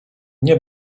nie